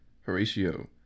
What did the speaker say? horatio